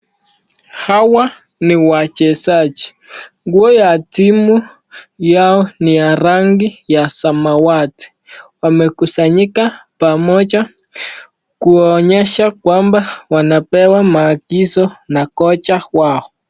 Hawa ni wachesaji nguo ya timu yao ni ya rangi ya samawati. Wamekusanyika pamoja kuonyesha kwamba wanapewa maagizo na kocha wao.